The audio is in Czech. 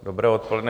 Dobré odpoledne.